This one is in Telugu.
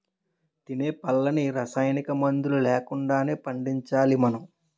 తినే పళ్ళన్నీ రసాయనమందులు లేకుండానే పండించాలి మనం